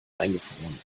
eingefroren